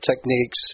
techniques